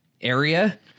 area